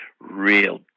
Real